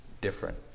different